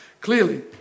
clearly